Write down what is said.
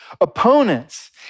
opponents